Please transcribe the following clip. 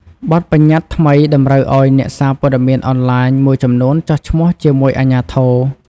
បទប្បញ្ញត្តិថ្មីតម្រូវឱ្យអ្នកសារព័ត៌មានអនឡាញមួយចំនួនចុះឈ្មោះជាមួយអាជ្ញាធរ។